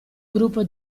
gruppo